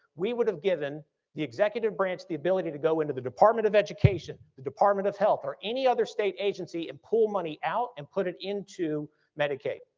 we would have given the executive branch the ability to go into the department of education, the department of health, or any other state agency, and pull money out and put it into medicaid.